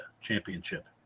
Championship